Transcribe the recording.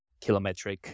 Kilometric